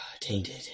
Tainted